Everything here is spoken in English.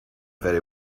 very